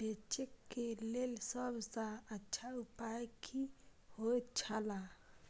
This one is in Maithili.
बेचे के लेल सब सॉ अच्छा उपाय की होयत छला?